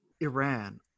Iran